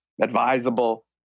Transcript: advisable